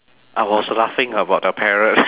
I was laughing about the parrot